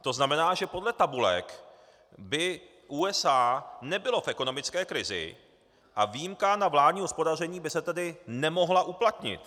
To znamená, že podle tabulek by USA nebyly v ekonomické krizi a výjimka na vládní hospodaření by se tedy nemohla uplatnit.